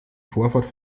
vorfahrt